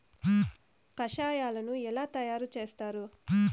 కషాయాలను ఎలా తయారు చేస్తారు?